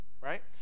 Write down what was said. right